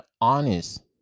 honest